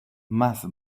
más